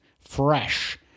fresh